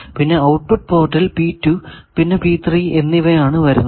പിന്നെ ഔട്ട്പുട്ട് പോർട്ടിൽ പിന്നെ എന്നിവ ആണ് വരുന്നത്